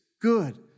good